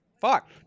Fuck